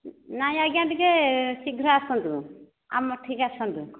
ନାହିଁ ଆଜ୍ଞା ଟିକିଏ ଶୀଘ୍ର ଆସନ୍ତୁ ଆମଠିକି ଆସନ୍ତୁ